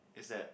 is that